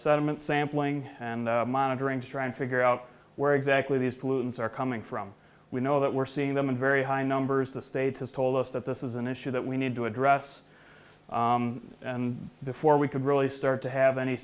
settlement sampling and monitoring to try and figure out where exactly these pollutants are coming from we know that we're seeing them in very high numbers the state has told us that this is an issue that we need to address and before we could really start to have any